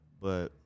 But-